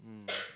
um